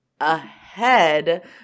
ahead